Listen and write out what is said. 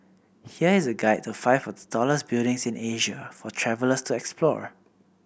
here is a guide to five of the tallest buildings in Asia for travellers to explore